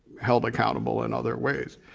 held accountable in other ways.